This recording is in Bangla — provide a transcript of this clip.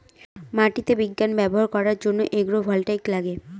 মাটিতে বিজ্ঞান ব্যবহার করার জন্য এগ্রো ভোল্টাইক লাগে